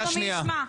קריאה שנייה.